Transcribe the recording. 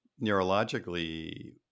neurologically